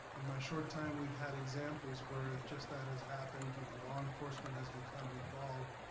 in my short time, we've had examples where just that has happened, you know, law enforcement has become involved.